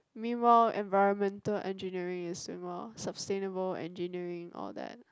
meanwhile Environmental Engineering is similar Sustainable Engineering all that